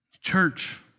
Church